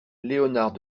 léonard